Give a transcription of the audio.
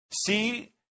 See